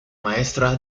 maestra